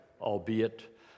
albeit